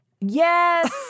Yes